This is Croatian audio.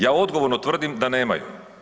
Ja odgovorno tvrdim da nemaju.